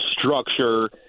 structure